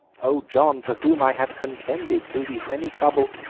o john, for whom i have contended through these many troubles!